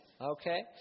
Okay